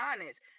honest